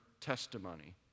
testimony